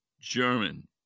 German